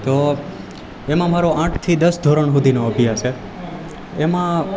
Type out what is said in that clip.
તો એમાં મારો આઠથી દસ ધોરણ સુધીનો અભ્યાસ છે એમાં